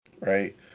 right